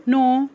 नौ